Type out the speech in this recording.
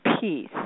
peace